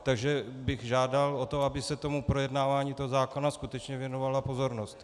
Takže bych žádal o to, aby se projednávání zákona skutečně věnovala pozornost.